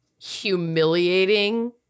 humiliating